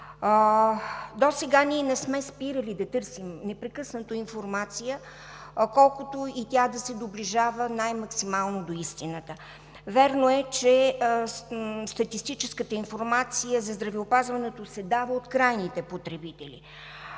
Досега ние не сме спирали да търсим непрекъснато информация, колкото и тя да се доближава максимално до истината. Вярно е, че статистическата информация за здравеопазването се дава от крайните потребители.